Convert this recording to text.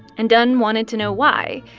and dunn wanted to know why.